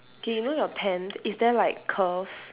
okay you know your tent is there like curves